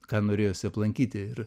ką norėjosi aplankyti ir